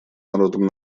народом